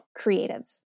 creatives